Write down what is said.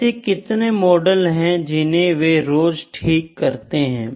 ऐसे कितने मॉडल हैं जिन्हें वे रोज ठीक करते हैं